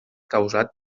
causat